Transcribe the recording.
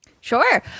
Sure